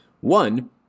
one